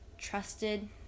trusted